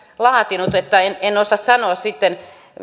laatinut niin että en en osaa sanoa sitten